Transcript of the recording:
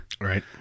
Right